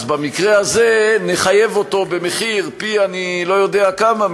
אז במקרה הזה נחייב אותו פי אני לא יודע כמה,